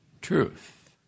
truth